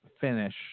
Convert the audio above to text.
Finish